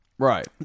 Right